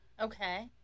Okay